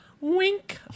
Wink